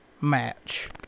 match